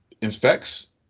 infects